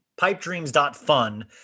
pipedreams.fun